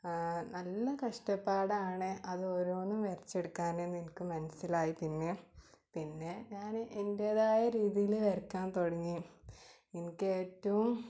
നല്ല കഷ്ടപ്പാടാണ് അത് ഓരോന്നും വരച്ചെടുക്കാൻ എന്നെനിക്ക് മനസ്സിലായി പിന്നെ പിന്നെ ഞാൻ എന്റേതായ രീതിയിൽ വരയ്ക്കാൻ തുടങ്ങി എനിക്ക് ഏറ്റവും